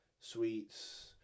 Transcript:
sweets